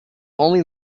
only